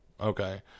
Okay